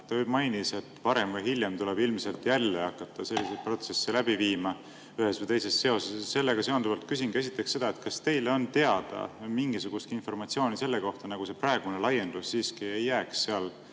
Ta mainis, et varem või hiljem tuleb ilmselt jälle hakata selliseid protsesse läbi viima ühes või teises seoses. Sellega seonduvalt küsingi esiteks seda, kas teile on teada mingisugustki informatsiooni selle kohta, et see praegune laiendus siiski ei jää seal